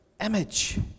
image